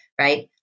right